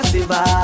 Siva